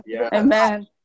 Amen